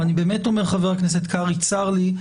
ואני באמת אומר, חבר הכנסת קרעי, צר לי.